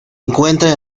encuentra